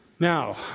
Now